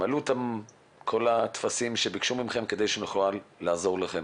תמלאו את כל הטפסים שביקשו מכם כדי שנוכל לעזור לכם.